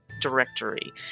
directory